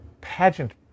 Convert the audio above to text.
pageant